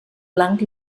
blanc